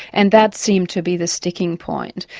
and that seemed to be the sticking point.